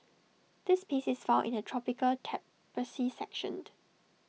this piece is found in the tropical tapestry sectioned